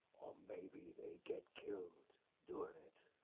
or maybe they get killed doing it.